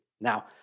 Now